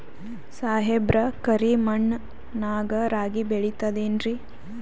ಸಾಹೇಬ್ರ, ಕರಿ ಮಣ್ ನಾಗ ರಾಗಿ ಬೆಳಿತದೇನ್ರಿ?